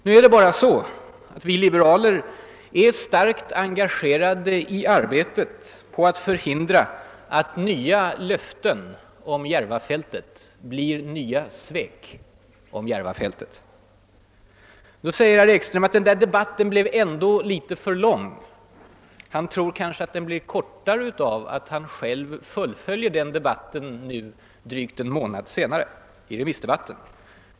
Nu är det bara så att vi liberaler är starkt engagerade i arbetet på att förhindra att nya löften om Järvafältet blir nya svek om Järvafältet. Herr Ekström menar att den där debatten ändå blev litet för lång. Han tror kanske att den blir kortare av att han själv fullföljer den nu under remissdebatten, drygt en månad senare.